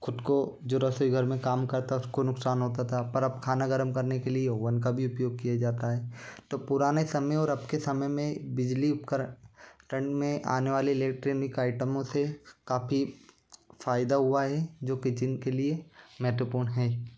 ख़ुद को जो रसोई घर में काम करता उसको नुकसान होता था पर अब खाना गर्म करने के लिए ओवन का भी उपयोग किया जाता है तो पुराने समय और अब के समय में बिजली उपकरण में आने वाली इलेक्ट्रेनिक आइटमों से काफ़ी फ़ायदा हुआ है जो किचन के लिए महत्वपूर्ण हैं